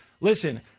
listen